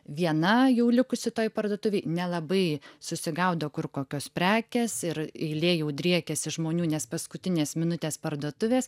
viena jau likusi toj parduotuvėj nelabai susigaudo kur kokios prekės ir eilė jau driekiasi žmonių nes paskutinės minutės parduotuvės